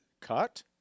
cut